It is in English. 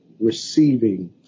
receiving